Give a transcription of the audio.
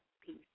Peace